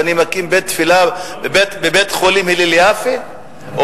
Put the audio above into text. שאני מקים בית תפילה בבית-חולים "הלל יפה" או